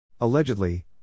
Allegedly